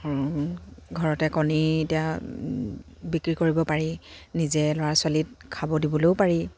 ঘৰতে কণী এতিয়া বিক্ৰী কৰিব পাৰি নিজে ল'ৰা ছোৱালীক খাব দিবলৈও পাৰি